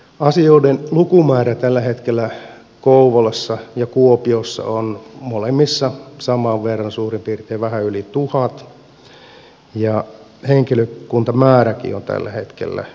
asioiden lukumäärä tällä hetkellä kouvolassa ja kuopiossa on molemmissa suurin piirtein sama vähän yli tuhat ja henkilökuntamääräkin on tällä hetkellä molemmissa sama